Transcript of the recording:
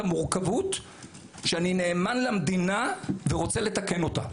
המורכבות שאני נאמן למדינה ורוצה לתקן אותה.